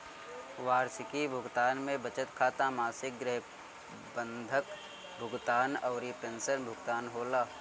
वार्षिकी भुगतान में बचत खाता, मासिक गृह बंधक भुगतान अउरी पेंशन भुगतान होला